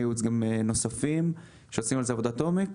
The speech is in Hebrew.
ייעוץ נוספים שעושים על זה עבודת עומק.